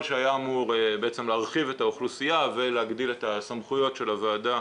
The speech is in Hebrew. שהיה אמור להרחיב את האוכלוסייה ולהגדיל את הסמכויות של הוועדה